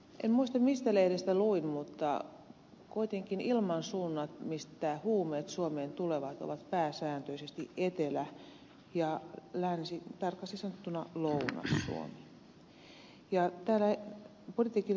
en muista mistä lehdestä luin mutta kuitenkin ilmansuunnat mistä huumeet suomeen tulevat ovat pääsääntöisesti etelä ja länsi tarkasti sanottuna lounais suomi